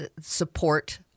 support